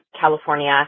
California